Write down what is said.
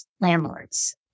landlords